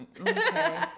Okay